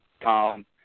Tom